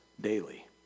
daily